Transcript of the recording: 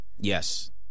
Yes